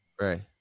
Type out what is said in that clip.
right